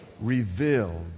Revealed